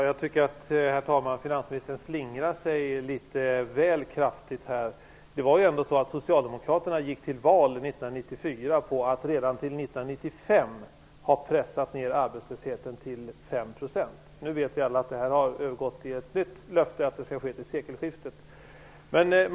Herr talman! Jag tycker att finansministern slingrar sig litet väl kraftigt. Det var ju ändå så att Socialdemokraterna 1994 gick till val på löftet att redan till 1995 ha pressat ned arbetslösheten till 5 %. Nu vet vi alla att det har övergått i ett nytt löfte, att det skall ske till sekelskiftet.